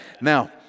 Now